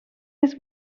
his